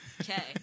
Okay